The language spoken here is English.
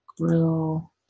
Grill